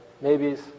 maybes